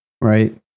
right